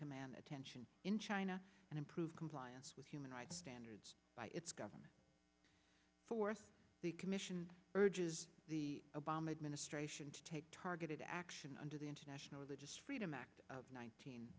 command attention in china and improve compliance with human rights standards by its government fourth the commission urges the obama administration to take targeted action under the international religious freedom act of nineteen